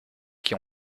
qui